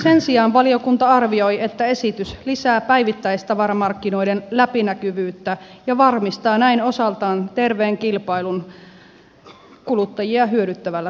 sen sijaan valiokunta arvioi että esitys lisää päivittäistavaramarkkinoiden läpinäkyvyyttä ja varmistaa näin osaltaan terveen kilpailun kuluttajia hyödyttävällä tavalla